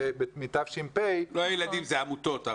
מתש"פ --- זה לא הילדים, זה העמותות.